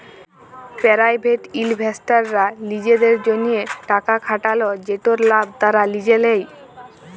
private ইলভেস্টাররা লিজেদের জ্যনহে টাকা খাটাল যেটর লাভ তারা লিজে লেই